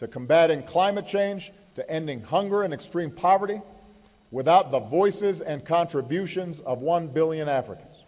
to combating climate change to ending hunger in extreme poverty without the voices and contributions of one billion africans